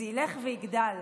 וזה ילך ויגדל.